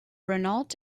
renault